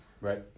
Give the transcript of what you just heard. Right